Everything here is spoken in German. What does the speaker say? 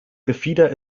gefieder